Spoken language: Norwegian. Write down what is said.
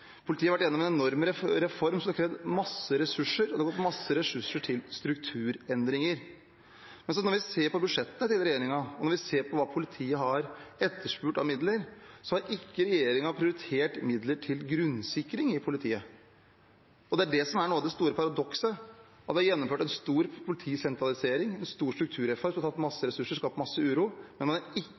politiet. Politiet har vært igjennom en enorm reform som har krevd masse ressurser, og det har gått med masse ressurser til strukturendringer. Men når vi ser på regjeringens budsjett, og når vi ser på hva politiet har etterspurt av midler, har ikke regjeringen prioritert midler til grunnsikring i politiet. Det er det som er noe av det store paradokset: at det er gjennomført en stor politisentralisering og en stor strukturreform som har tatt masse ressurser og skapt masse uro, men man